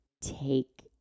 take